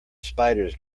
spiders